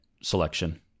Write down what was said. selection